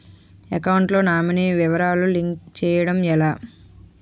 Account లో nominee వివరాలు link చేయటం ఎలా?